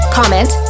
comment